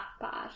bad